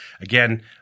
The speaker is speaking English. Again